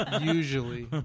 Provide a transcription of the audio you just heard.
Usually